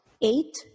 eight